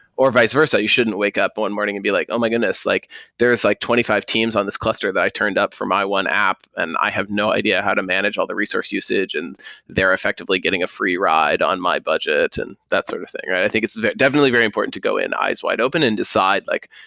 or vice versa. you shouldn't wake up one morning and be like, oh my goodness! like there's like twenty five teams on this cluster that i turned up for my one app and i have no idea how to manage all the resource usage and they are effectively getting a free ride on my budget, and that sort of thing. i think it's definitely very important to go in eyes wide open and decide like,